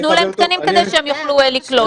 תנו להם תקנים כדי שהם יוכלו לקלוט.